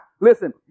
Listen